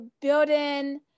building